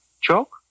Joke